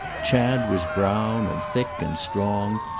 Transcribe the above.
chad was brown and thick and strong,